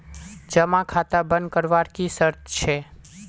जमा खाता बन करवार की शर्त छे?